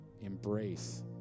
Embrace